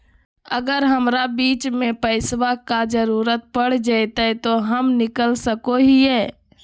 अगर हमरा बीच में पैसे का जरूरत पड़ जयते तो हम निकल सको हीये